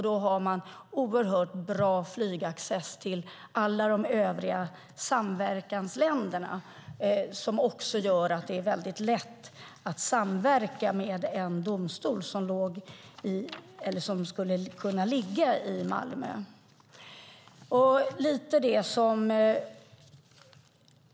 Då har man oerhört bra flygaccess till alla de övriga samverkansländerna, vilket gör att det skulle vara mycket lätt att samverka med en domstol som skulle kunna ligga i Malmö.